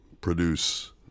produce